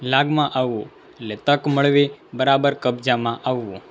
લાગમાં આવવું એટલે તક મળે બરાબર કબજામાં આવવું